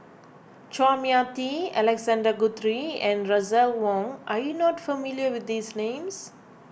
Chua Mia Tee Alexander Guthrie and Russel Wong are you not familiar with these names